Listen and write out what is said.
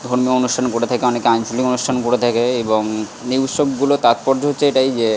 ধর্মীয় অনুষ্ঠান বলে থাকে অনেকে আঞ্চলিক অনুষ্ঠান বলে থাকে এবং এই উৎসবগুলোর তাৎপর্য হচ্ছে এটাই যে